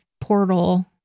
portal